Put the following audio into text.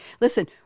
Listen